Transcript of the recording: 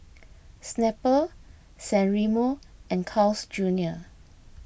Snapple San Remo and Carl's Junior